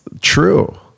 true